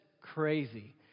crazy